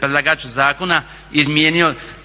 predlagač zakona izmijenio